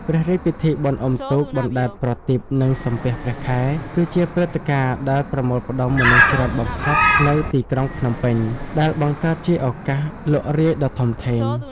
ព្រះរាជពិធីបុណ្យអុំទូក បណ្តែតប្រទីប និងសំពះព្រះខែ គឺជាព្រឹត្តិការណ៍ដែលប្រមូលផ្តុំមនុស្សច្រើនបំផុតនៅទីក្រុងភ្នំពេញ ដែលបង្កើតជាឱកាសលក់រាយដ៏ធំធេង។